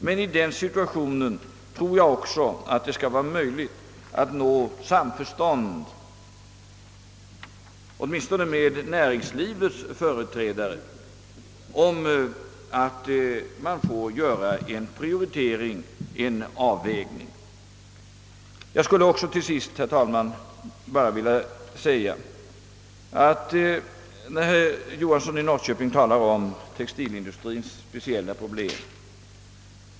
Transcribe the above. I den situationen bör det dock vara möjligt att nå samförstånd åtminstone med näringslivets företrädare om en prioritering och avvägning av olika behov. Herr Johansson i Norrköping talade om textilindustriens speciella problem.